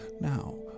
now